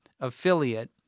affiliate